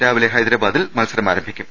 രാവിലെ ഹൈദരാബാദിൽ മത്സരം ആരംഭി ക്കും